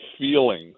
feeling